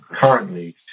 currently